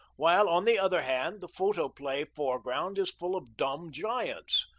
while, on the other hand, the photoplay foreground is full of dumb giants.